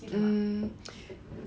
um